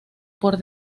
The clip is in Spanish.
por